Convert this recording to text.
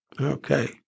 Okay